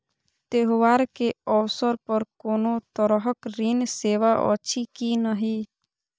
त्योहार के अवसर पर कोनो तरहक ऋण सेवा अछि कि नहिं?